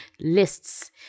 lists